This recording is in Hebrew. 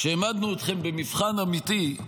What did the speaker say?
כשהעמדנו אתכם במבחן האמיתי,